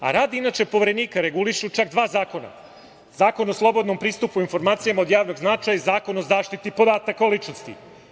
Inače, rad Poverenika regulišu čak dva zakona – Zakon o slobodnom pristupu informacijama od javnog značaja i Zakon o zaštiti podataka o ličnosti.